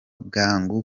bwangu